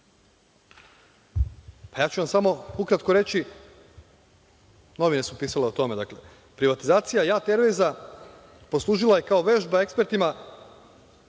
samo ću vam ukratko reći, novine su pisale o tome. Privatizacija JAT ervejza poslužila je kao vežba ekspertima